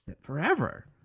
forever